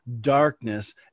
darkness